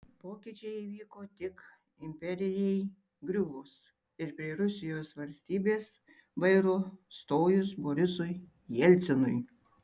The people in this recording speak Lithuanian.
pokyčiai įvyko tik imperijai griuvus ir prie rusijos valstybės vairo stojus borisui jelcinui